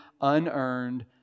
unearned